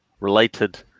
related